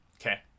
Okay